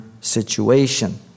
situation